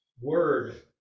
word